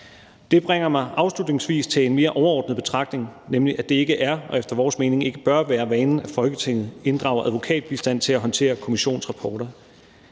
Det bringer mig afslutningsvis til en mere overordnet betragtning, nemlig at det ikke er og efter vores mening ikke bør være vanen, at Folketinget inddrager advokatbistand til at håndtere kommissionsrapporter.